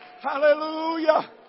Hallelujah